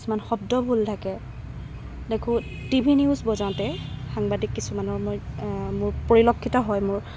কিছুমান শব্দ ভুল থাকে দেখো টিভি নিউজ বজাওঁতে সাংবাদিক কিছুমানৰ মই মোৰ পৰিলক্ষিত হয় মোৰ